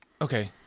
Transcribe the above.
Okay